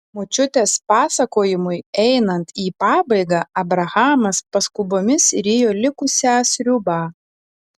močiutės pasakojimui einant į pabaigą abrahamas paskubomis rijo likusią sriubą